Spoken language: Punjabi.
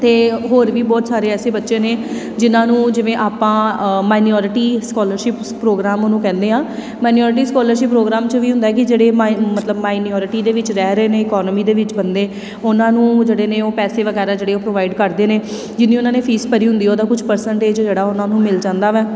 ਅਤੇ ਹੋਰ ਵੀ ਬਹੁਤ ਸਾਰੇ ਐਸੇ ਬੱਚੇ ਨੇ ਜਿਨ੍ਹਾਂ ਨੂੰ ਜਿਵੇਂ ਆਪਾਂ ਮਾਈਨੋਰਿਟੀ ਸਕੋਲਰਸ਼ਿਪਸ ਪ੍ਰੋਗਰਾਮ ਉਹਨੂੰ ਕਹਿੰਦੇ ਹਾਂ ਮਨੋਰਟੀ ਸਕੋਲਰਸ਼ਿਪ ਪ੍ਰੋਗਰਾਮ 'ਚ ਵੀ ਹੁੰਦਾ ਕਿ ਜਿਹੜੇ ਮਾਈ ਮਤਲਬ ਮਾਈਨੋਰਿਟੀ ਦੇ ਵਿੱਚ ਰਹਿ ਰਹੇ ਨੇ ਇਕੋਨਮੀ ਦੇ ਵਿੱਚ ਬੰਦੇ ਉਹਨਾਂ ਨੂੰ ਜਿਹੜੇ ਨੇ ਉਹ ਪੈਸੇ ਵਗੈਰਾ ਜਿਹੜੇ ਉਹ ਪ੍ਰੋਵਾਈਡ ਕਰਦੇ ਨੇ ਜਿਹਦੀ ਉਹਨਾਂ ਨੇ ਫੀਸ ਭਰੀ ਹੁੰਦੀ ਉਹਦਾ ਕੁਝ ਪਰਸੈਂਟੇਜ ਜਿਹੜਾ ਉਹਨਾਂ ਨੂੰ ਮਿਲ ਜਾਂਦਾ ਵੈ